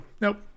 Nope